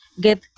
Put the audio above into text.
get